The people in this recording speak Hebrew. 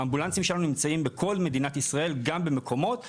האמבולנסים שלנו נמצאים בכל מדינת ישראל גם במקומות של,